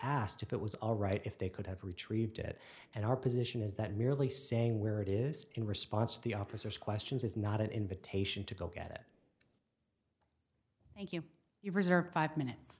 asked if it was alright if they could have retrieved it and our position is that merely saying where it is in response to the officers questions is not an invitation to go get it thank you you preserve five minutes